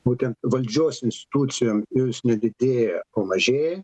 būtent valdžios institucijom ir nedidėja o mažėja